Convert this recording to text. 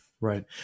right